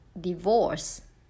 divorce